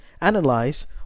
analyze